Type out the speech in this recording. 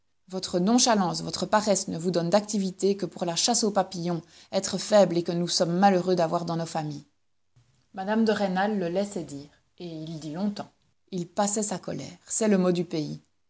votre nonchalance votre paresse ne vous donnent d'activité que pour la chasse aux papillons êtres faibles et que nous sommes malheureux d'avoir dans nos familles mme de rênal le laissait dire et il dit longtemps il passait sa colère c'est le mot du pays